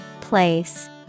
Place